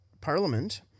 Parliament